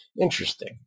Interesting